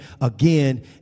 again